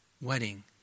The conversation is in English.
wedding